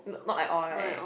not at all right